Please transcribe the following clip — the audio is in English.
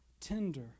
tender